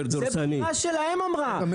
את זה בכירה שלהם אמרה.